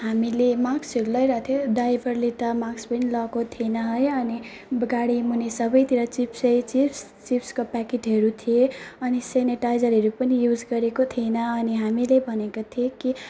हामीले माक्सहरू लगाइरहेका थियौँ ड्राइभरले त माक्स पनि लगाएको थिएन है अनि अब गाडीमुनि सबैतिर चिप्सै चिप्स चिप्सको प्याकेटहरू थिए अनि सेनेटाइजरहरू पनि युज गरेको थिएन अनि हामीले भनेको थियौँ कि